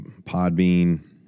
Podbean